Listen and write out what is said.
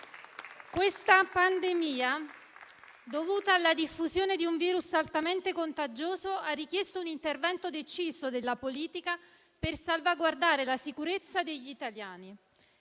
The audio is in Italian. Questa pandemia, dovuta alla diffusione di un virus altamente contagioso, ha richiesto un intervento deciso della politica per salvaguardare la sicurezza degli italiani.